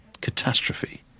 catastrophe